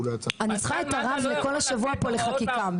אני צריכה את הרב לכל השבוע פה לחקיקה,